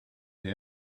here